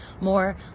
more